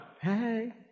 Hey